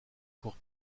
pour